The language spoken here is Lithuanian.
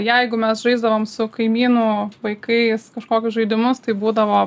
jeigu mes žaisdavom su kaimynų vaikais kažkokius žaidimus tai būdavo